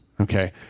Okay